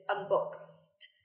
Unboxed